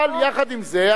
אבל יחד עם זה,